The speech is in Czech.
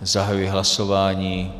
Zahajuji hlasování.